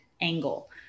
angle